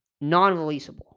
Non-releasable